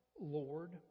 Lord